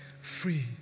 Free